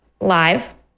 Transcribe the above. live